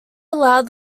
allowed